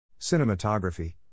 Cinematography